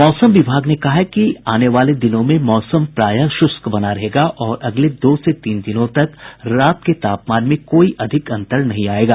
मौसम विभाग ने कहा है कि आने वाले दिनों में मौसम प्रायः शुष्क बना रहेगा और अगले दो से तीन दिनों तक रात के तापमान में कोई अधिक अन्तर नहीं आयेगा